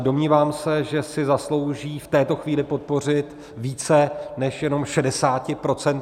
Domnívám se, že si zaslouží v této chvíli podpořit více než jenom 60 procenty.